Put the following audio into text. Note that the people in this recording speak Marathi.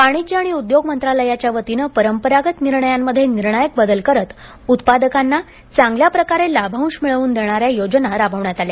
वाणिज्य आणि उद्योग मंत्रालयाच्या वतीनं परंपरागत निर्णयांमध्ये निर्णायक बदल करत उत्पादकांना चांगल्या प्रकारे लाभांश मिळवून देणाऱ्या योजना राबवण्यात आल्या